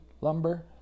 Lumber